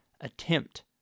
attempt